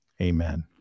Amen